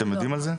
אתם יודעים על זה?